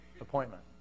appointment